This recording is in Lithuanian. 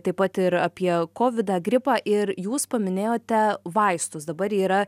taip pat ir apie kovidą gripą ir jūs paminėjote vaistus dabar yra